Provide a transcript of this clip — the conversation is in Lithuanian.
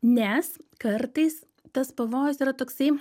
nes kartais tas pavojus yra toksai